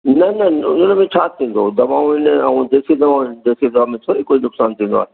न न हुन में बि छा थींदो दवाऊं आहिनि ऐं देसी दवाऊं आहिनि देसी दवा में थोरी कोई नुक़सानु थींदो आहे